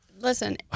Listen